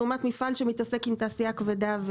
לעומת מפעל שמתעסק עם תעשייה כבדה.